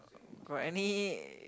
got any